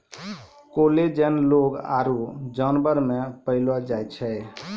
collagen लोग आरु जानवर मे पैलो जाय छै